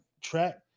track